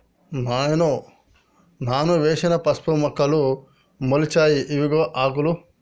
నాయనో నాను వేసిన పసుపు మొక్కలు మొలిచాయి ఇవిగో ఆకులు